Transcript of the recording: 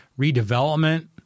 redevelopment